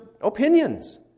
opinions